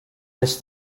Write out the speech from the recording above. this